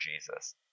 Jesus